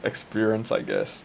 experience I guess